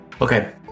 Okay